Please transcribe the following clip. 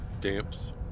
Damps